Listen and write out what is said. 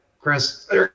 Chris